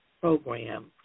program